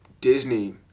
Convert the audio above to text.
Disney